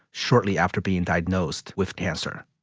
shortly after being diagnosed with cancer.